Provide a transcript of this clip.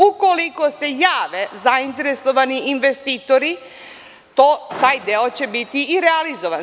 Ukoliko se jave zainteresovani investitori, taj deo će biti i realizovan.